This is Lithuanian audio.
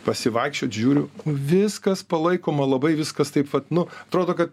pasivaikščiot žiūriu viskas palaikoma labai viskas taip vat nu atrodo kad